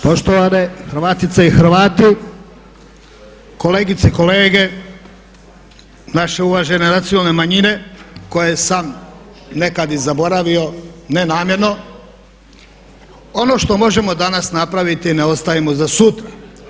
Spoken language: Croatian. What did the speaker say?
Poštovane Hrvatice i Hrvati, kolegice i kolege, naše uvažene nacionalne manjine koje sam nekad i zaboravio ne namjerno, ono što možemo danas napraviti ne ostavimo za sutra.